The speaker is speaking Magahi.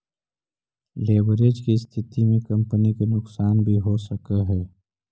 लेवरेज के स्थिति में कंपनी के नुकसान भी हो सकऽ हई